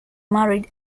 married